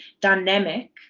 dynamic